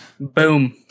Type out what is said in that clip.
Boom